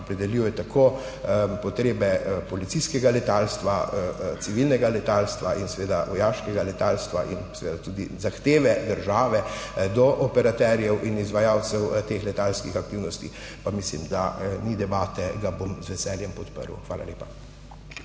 opredeljuje tako potrebe policijskega letalstva, civilnega letalstva in seveda vojaškega letalstva, pa tudi zahteve države do operaterjev in izvajalcev teh letalskih aktivnosti, pa mislim, da ni debate, ga bom z veseljem podprl. Hvala lepa.